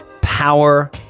power